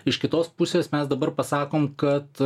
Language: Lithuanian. iš kitos pusės mes dabar pasakom kad